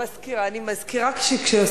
למה את מזכירה לו את זה, הוא רוצה לשכוח את זה.